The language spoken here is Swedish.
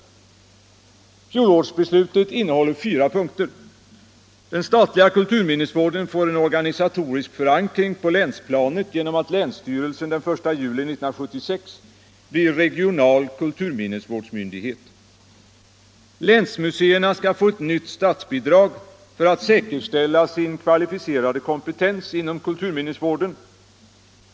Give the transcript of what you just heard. Fjolårsbeslutet innehåller fyra punkter: 1. Den statliga kulturminnesvården får en organisatorisk förankring på länsplanet genom att länsstyrelsen den 1 juli 1976 blir regional kulturminnesvårdsmyndighet. 2. Länsmuseerna skall få ett nytt statsbidrag för att säkerställa sin kvalificerade kompetens inom kulturminnesvården.